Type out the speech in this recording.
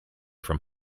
from